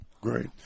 Great